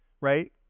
right